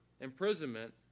imprisonment